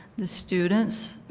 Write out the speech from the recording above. the students,